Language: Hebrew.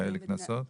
כאלה קנסות?